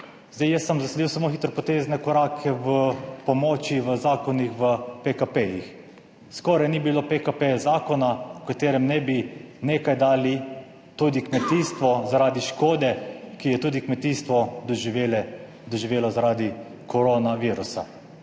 škodo. Jaz sem zasledil samo hitropotezne korake v pomoči v zakonih, v PKP-jih. Skoraj ni bilo PKP zakona v katerem ne bi nekaj dali tudi kmetijstvo zaradi škode, ki ga je tudi kmetijstvo doživelo zaradi koronavirusa.